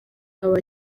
aba